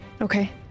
Okay